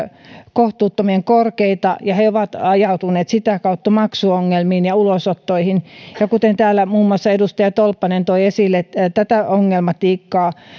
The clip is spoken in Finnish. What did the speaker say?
kohtuuttoman korkeita ja he ovat ajautuneet sitä kautta maksuongelmiin ja ulosottoihin kuten täällä muun muassa edustaja tolppanen toi esille tätä ongelmatiikkaa